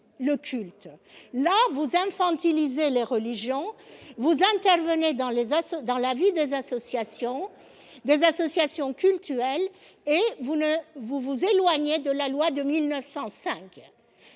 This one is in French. le culte. Là, vous infantilisez les religions, vous intervenez dans la vie des associations cultuelles et vous vous éloignez de la loi de 1905